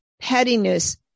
pettiness